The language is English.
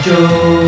Joe